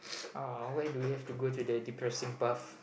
uh why do we have to go to the depressing stuff